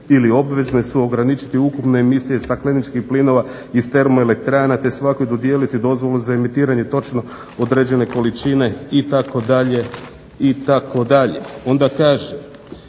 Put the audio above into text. ili obvezne su ograničiti ukupne emisije stakleničkih plinova iz termoelektrana te svakoj dodijeliti dozvolu za emitiranje točno određene količine itd.,